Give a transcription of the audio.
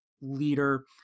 leader